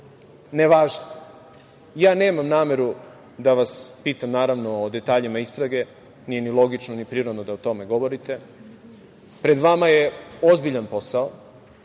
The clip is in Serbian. ne važe. Nemam nameru da vas pitam, naravno, o detaljima istrage, nije ni logično, ni prirodno da o tome govorite. Pred vama je ozbiljan posao.